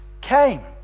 came